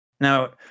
now